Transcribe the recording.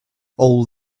all